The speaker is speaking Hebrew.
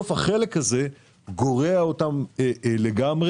החלק הזה גורע אותן לגמרי,